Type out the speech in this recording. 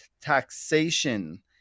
taxation